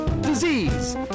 disease